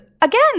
Again